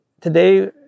today